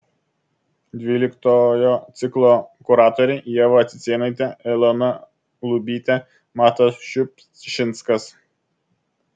dvyliktojo ciklo kuratoriai ieva cicėnaitė elona lubytė matas šiupšinskas